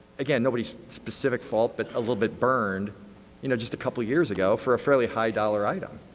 again, nobody's specific fault, but a little bit burned you know, just a couple years ago for a fairly high dollar item.